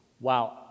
wow